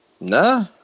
Nah